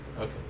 Okay